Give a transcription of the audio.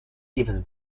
even